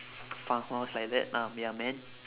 farm host like that lah ya man